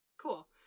Cool